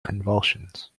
convulsions